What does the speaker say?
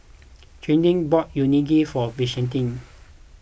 Chauncy bought Unagi for Vashti